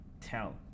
tell